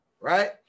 right